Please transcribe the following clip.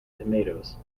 tomatoes